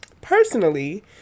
personally